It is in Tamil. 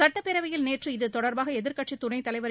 சட்டப்பேரவையில் நேற்று இதுதொடர்பாக எதிர்க்கட்சி துணைத் தலைவர் திரு